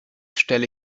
stelle